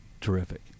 terrific